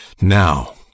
Now